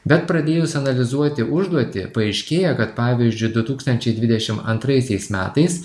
bet pradėjus analizuoti užduotį paaiškėja kad pavyzdžiui du tūkstančiai dvidešimt antraisiais metais